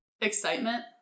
Excitement